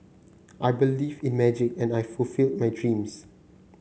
I believed in magic and I fulfilled my dreams